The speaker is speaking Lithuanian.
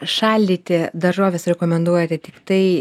šaldyti daržoves rekomenduojate tiktai